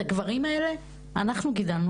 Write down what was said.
את הגברים האלה אנחנו גידלנו,